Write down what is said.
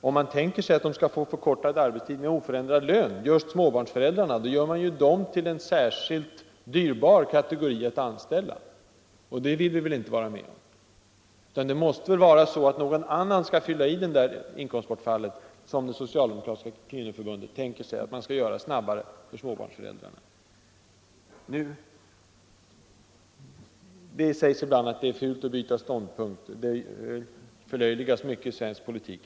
Om man tänker sig att just småbarnsföräldrarna skall få förkortad arbetstid med oförändrad lön, gör man dem till en särskilt dyrbar kategori att anställa. Och det vill vi inte vara med om, utan det inkomstbortfall som uppstår om man förkortar arbetstiden snabbare för småbarnsföräldrarna, som det socialdemokratiska kvinnoförbundet tänker sig att man skall göra, måste fyllas ut på annat sätt. Det sägs ibland att det är fult att byta ståndpunkt. Det förlöjligas mycket i svensk politik.